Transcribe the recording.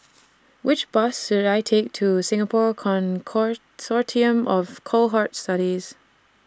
Which Bus should I Take to Singapore Consortium of Cohort Studies